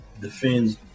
Defends